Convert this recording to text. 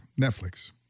Netflix